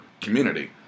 community